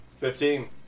Fifteen